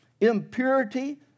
impurity